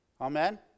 Amen